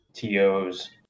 tos